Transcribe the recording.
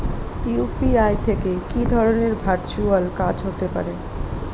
UPI থেকে কি ধরণের ভার্চুয়াল কাজ হতে পারে?